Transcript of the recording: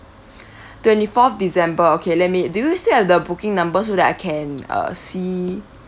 twenty fourth december okay let me do you still have the booking number so that I can uh see